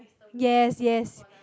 yes yes